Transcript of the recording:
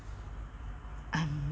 I'm